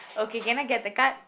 okay can I get the card